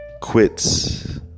quits